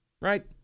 right